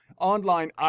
online